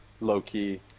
low-key